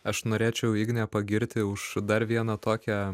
aš norėčiau ignę pagirti už dar vieną tokią